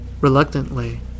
Reluctantly